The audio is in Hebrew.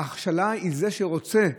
ההכשלה היא זה שרוצה,